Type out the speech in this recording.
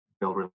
build